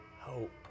hope